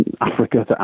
Africa